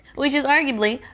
which is arguably,